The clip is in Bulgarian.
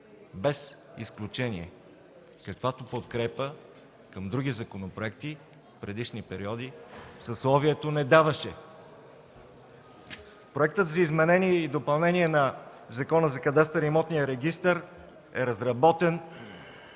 без изключение, каквато подкрепа към други законопроекти в предишни периоди съсловието не даваше. Проектът за изменение и допълнение на Закона за кадастъра и имотния регистър е разработен